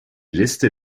liste